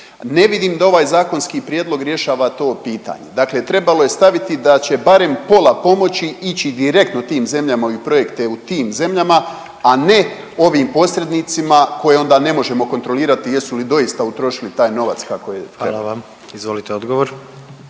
Ne vidim da ovaj zakonski prijedlog rješava to pitanje, dakle trebalo je staviti da će barem pola pomoći ići direktno tim zemljama i u projekte u tim zemljama, a ne ovim posrednicima koje onda ne možemo kontrolirati jesu li doista utrošili taj novac kako je …/Govornik se